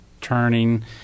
turning